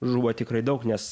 žuvo tikrai daug nes